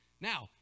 Now